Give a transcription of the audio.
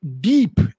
deep